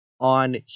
on